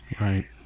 Right